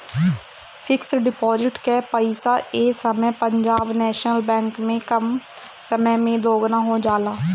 fix deposit कअ पईसा ए समय पंजाब नेशनल बैंक में कम समय में दुगुना हो जाला